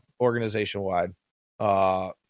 organization-wide